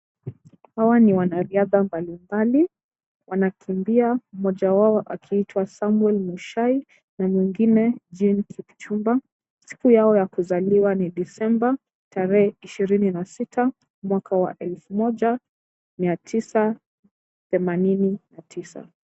Hawa ni wanariadha mbali mbali. Wanakimbia mmoja wao akiitwa Samuel Mushai na mwingine Jean Kipchumba. Siku yao ya kuzaliwa ni Desemba tarehe ishirini na sita mwaka wa elfu moja mia tisa themanini na tisa.